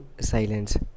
silence